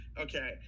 okay